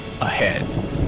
ahead